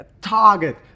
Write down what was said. target